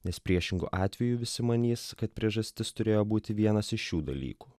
nes priešingu atveju visi manys kad priežastis turėjo būti vienas iš šių dalykų